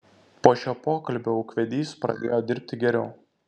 po šio pokalbio ūkvedys pradėjo dirbti geriau